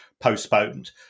postponed